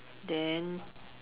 then